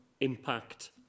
impact